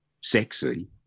sexy